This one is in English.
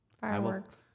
Fireworks